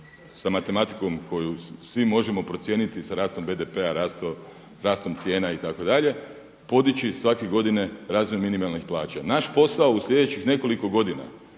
sa matematikom koju svi možemo procijeniti sa rastom BDP-a rastom cijena itd. podići svake godine razvoj minimalnih plaća. Naš posao u sljedećih nekoliko godina